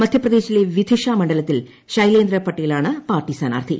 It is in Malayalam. മധ്യപ്രദേശിലെ വിധിഷ മണ്ഡലത്തിൽ ശൈലേന്ദ്ര പട്ടേലാണ് പാർട്ടി സ്ഥാനാർത്ഥി